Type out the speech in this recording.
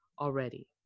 already